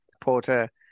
Porter